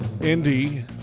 Indy